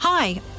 Hi